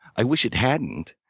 i wish it hadn't,